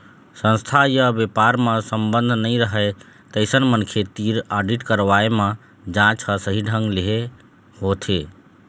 संस्था य बेपार म संबंध नइ रहय तइसन मनखे तीर आडिट करवाए म जांच ह सही ढंग ले होथे